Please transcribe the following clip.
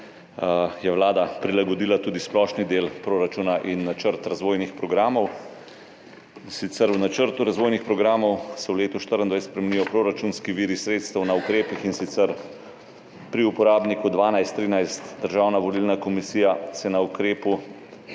je Vlada prilagodila tudi splošni del proračuna in načrt razvojnih programov. In sicer, v načrtu razvojnih programov se v letu 2024 spremenijo proračunski viri sredstev na ukrepih, in sicer pri uporabniku 1213 Državna volilna komisija se na ukrepu